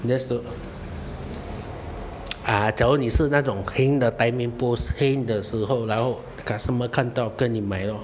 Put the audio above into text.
that's right ah 假如你是那种 heng 的在 main post heng 的时候 the customer 看到就跟你买咯